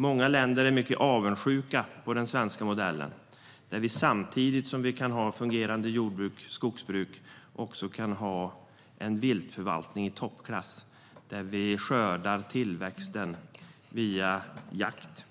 Många länder är avundsjuka på den svenska modellen, där vi samtidigt som vi kan ha fungerande jordbruk och skogsbruk kan ha en viltförvaltning i toppklass som låter oss skörda tillväxten via jakt.